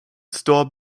store